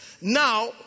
Now